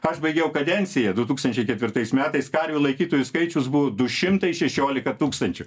aš baigiau kadenciją du tūkstančiai ketvirtais metais karvių laikytojų skaičius buvo du šimtai šešiolika tūkstančių